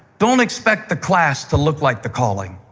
don't expect the class to look like the calling.